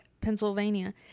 Pennsylvania